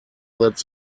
that